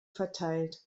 verteilt